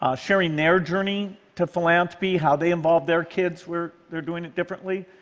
ah sharing their journey to philanthropy, how they involve their kids, where they're doing it differently,